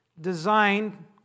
designed